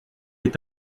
est